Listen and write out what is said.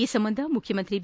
ಈ ಸಂಬಂಧ ಮುಖ್ಯಮಂತ್ರಿ ಬಿ